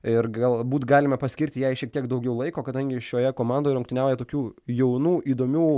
ir galbūt galime paskirti jai šiek tiek daugiau laiko kadangi šioje komandoje rungtyniauja tokių jaunų įdomių